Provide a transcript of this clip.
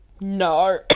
No